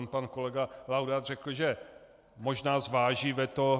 On pan kolega Laudát řekl, že možná zváží veto.